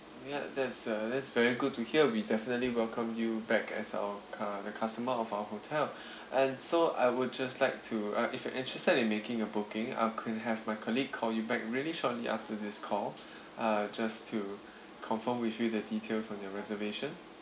ya that's uh that's very good to hear we definitely welcome you back as our uh the customer of our hotel and so I would just like to uh if you're interested in making a booking I'll can have my colleague call you back really shortly after this call uh just to confirm with you the details on your reservation